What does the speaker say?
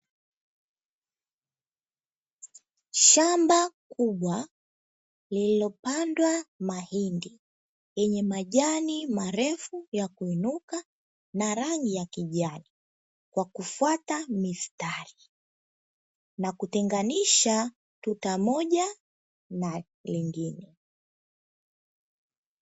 Shamba kubwa lililopandwa mahindi yenye majani marefu ya kuinuka na rangi ya kijani, kwa kufuata mistari na kutenganisha tuta moja na lingine.